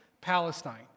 Palestine